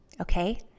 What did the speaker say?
Okay